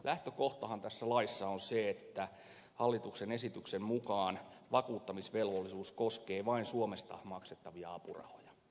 lähtökohtahan tässä laissa on se että hallituksen esityksen mukaan vakuuttamisvelvollisuus koskee vain suomesta maksettavia apurahoja